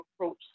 approach